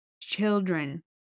children